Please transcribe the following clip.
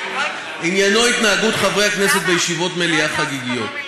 עניינו התנהגות חברי הכנסת בישיבות מליאה חגיגיות.